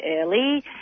early